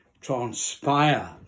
transpire